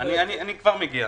אני כבר מגיע.